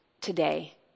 today